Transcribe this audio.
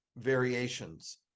variations